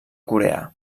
coreà